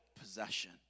possession